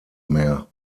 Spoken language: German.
mehr